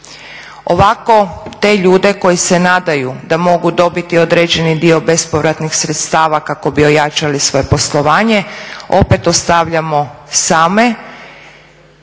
Ovako te ljude koji se nadaju da mogu dobiti određeni dio bespovratnih sredstava kako bi ojačali svoje poslovanje opet ostavljamo same.